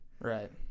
right